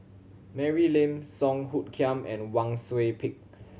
Mary Lim Song Hoot Kiam and Wang Sui Pick